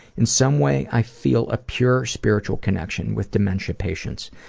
in some way i feel a pure spiritual connection with dementia patients.